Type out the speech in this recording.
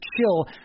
chill